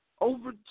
Over